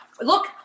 Look